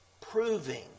Proving